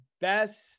best